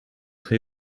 très